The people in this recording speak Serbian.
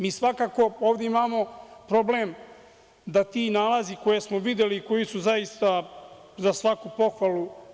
Mi svakako ovde imamo problem da ti nalazi, koje smo videli, koji su zaista za svaku pohvalu…